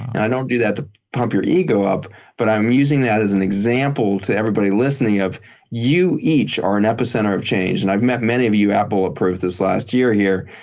i don't do that to pump your ego up but i'm using that as an example to everybody listening of you each are an epicenter of change. and i've met many of you. apple approached us last year here.